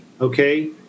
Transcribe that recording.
okay